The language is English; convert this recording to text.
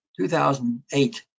2008